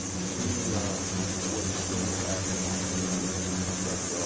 she was extremely accurate on some things that